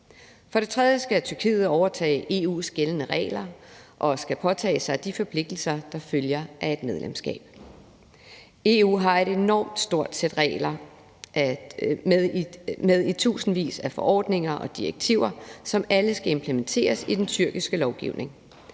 For det tredje skal Tyrkiet overtage EU's gældende regler og påtage sig de forpligtelser, der følger af et medlemskab. EU har et enormt stort sæt regler med i tusindvis af forordninger og direktiver, som alle skal implementeres i den tyrkiske lovgivning.